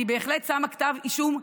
אני בהחלט שמה כתב אישום כלפיכם.